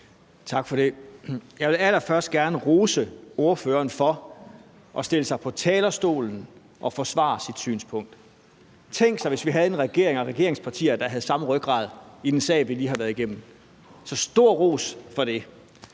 Tak for det. Jeg vil allerførst gerne rose ordføreren for at stille sig på talerstolen og forsvare sit synspunkt. Tænk sig, hvis vi havde en regering og nogle regeringspartier, der havde den samme rygrad i den sag, vi har lige har været igennem. Så stor ros for det.